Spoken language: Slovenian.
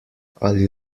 ali